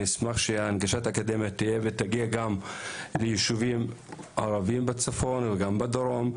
אני אשמח שהנגשת האקדמיה תהיה ותגיע גם ליישובים ערבים בצפון ובדרום.